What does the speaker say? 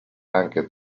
anche